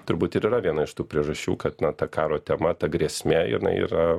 turbūt ir yra viena iš tų priežasčių kad na ta karo tema ta grėsmė jinai yra